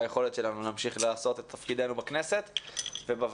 ביכולת שלנו להמשיך לעשות את תפקידנו בכנסת ובוועדה.